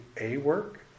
A-work